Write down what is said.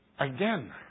Again